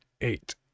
eight